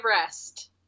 rest